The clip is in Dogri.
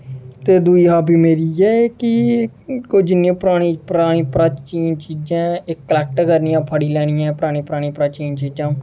ते दूई हाॅबी मेरी इ'यै कि कोई जि'न्नियां परानी परानी प्राचीन चीजां ऐ एह् कलेक्ट करनियां फड़ी लैनियां परानी परानी प्राचीन चीजां